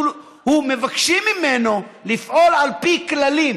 מבקשים ממנו לפעול על פי כללים